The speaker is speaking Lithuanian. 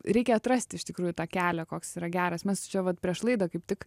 reikia atrasti iš tikrųjų tą kelią koks yra geras mes čia vat prieš laidą kaip tik